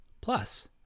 Plus